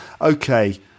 Okay